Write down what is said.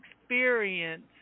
experience